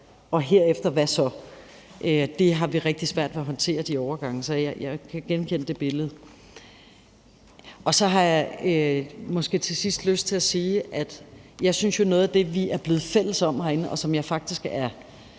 og herefter hvad så? Så jeg kan genkende det billede. Så har jeg måske til sidst lyst til at sige, at jeg jo synes, at noget af det, vi er blevet fælles om herinde, og som jeg faktisk er